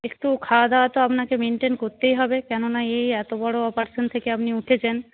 একটু খাওয়া দাওয়া তো আপনাকে মেনটেন করতেই হবে কেননা এই এত বড় অপারেশন থেকে আপনি উঠেছেন